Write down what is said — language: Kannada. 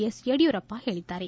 ಎಸ್ ಯಡಿಯೂರಪ್ಪ ಹೇಳಿದ್ದಾರೆ